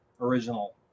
original